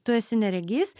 tu esi neregys